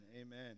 amen